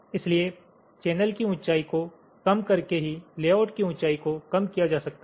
इसलिए चैनल की ऊंचाई को कम करके ही लेआउट की ऊंचाई को कम किया जा सकता है